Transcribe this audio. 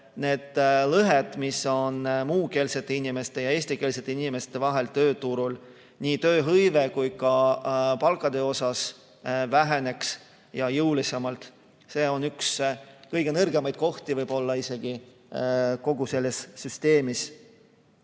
need lõhed, mis on muukeelsete inimeste ja eestikeelsete inimeste vahel tööturul nii tööhõive kui ka palkade osas, väheneks, ja jõulisemalt. See on võib-olla isegi üks kõige nõrgemaid kohti kogu selles süsteemis.